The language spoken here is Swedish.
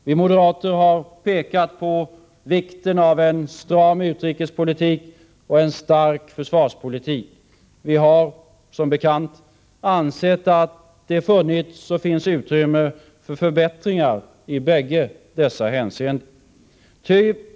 Vi moderater har pekat på vikten av en stram utrikespolitik och en stark försvarspolitik. Vi har — som bekant — ansett att det funnits och finns utrymme för förbättringar i bägge dessa hänseenden.